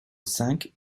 cinq